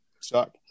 suck